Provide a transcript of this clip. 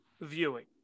viewing